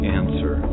answer